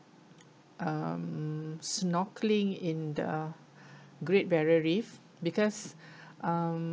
um snorkelling in the great barrier reef because um